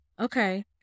Okay